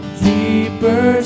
deeper